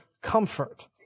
comfort